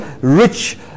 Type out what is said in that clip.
rich